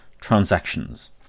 transactions